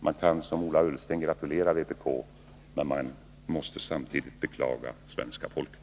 Man kan som Ola Ullsten gratulera vpk, men man måste samtidigt beklaga svenska folket.